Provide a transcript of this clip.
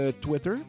Twitter